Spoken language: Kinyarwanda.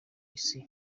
isi